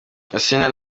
asinah